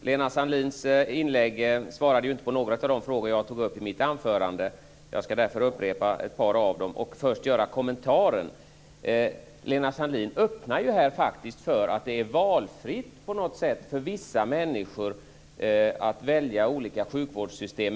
Herr talman! I sitt inlägg svarade inte Lena Sandlin-Hedman på några av de frågor som jag tog upp i mitt anförande. Jag ska därför upprepa ett par av dem, och först göra en kommentar. Lena Sandlin-Hedman öppnade faktiskt för att det på något sätt är fritt för vissa människor att välja olika sjukvårdssystem.